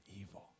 evil